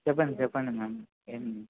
చెప్పండి చెప్పండి మ్యామ్